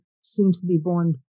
soon-to-be-born